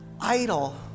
idle